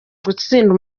gutsinda